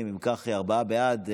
אם כך, ארבעה בעד,